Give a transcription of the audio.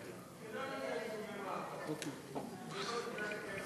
כדאי לקיים בנושא הזה דיון בוועדה.